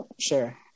Sure